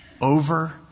over